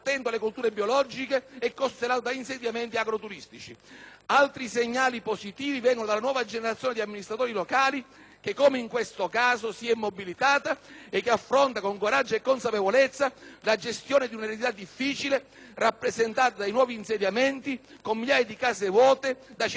Altri segnali positivi vengono dalla nuova generazione di amministratori locali che, come in questo caso, si è mobilitata ed affronta con coraggio e consapevolezza la gestione di un'eredità difficile, rappresentata dai nuovi insediamenti con migliaia di case vuote, da centri storici ridotti a siti archeologici, da opere d'arte arrugginite,